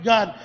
God